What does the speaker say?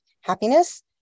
happiness